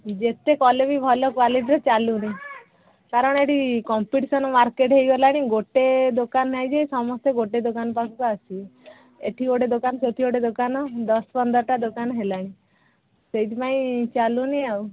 ଯେତେ କଲେ ବି ଭଲ କ୍ଵାଲିଟିର ଚାଲୁନି କାରଣ ଏଠି କମ୍ପିଟେସନ ମାର୍କେଟ ହୋଇଗଲାଣି ଗୋଟେ ଦୋକାନ ନାାଇଁ ଯେ ସମସ୍ତେ ଗୋଟେ ଦୋକାନ ପାଖକୁ ଆସିବ ଏଠି ଗୋଟେ ଦୋକାନ ସେଠି ଗୋଟେ ଦୋକାନ ଦଶ ପନ୍ଦରଟା ଦୋକାନ ହେଲାଣି ସେଇଥିପାଇଁ ଚାଲୁନି ଆଉ